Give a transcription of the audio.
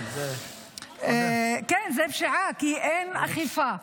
כן, זו פשיעה, כי אין אכיפה.